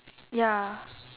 ya